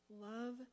love